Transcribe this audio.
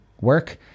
work